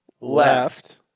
Left